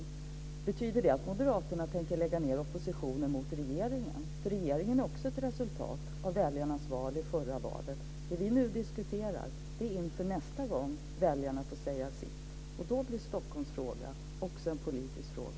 Betyder det att Moderaterna tänker lägga ned oppositionen mot regeringen? Regeringen är ju också ett resultat av väljarnas val i det förra valet. Nu diskuterar vi inför nästa gång väljarna ska säga sitt. Då blir Stockholmsfrågan också en politisk fråga.